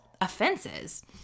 offenses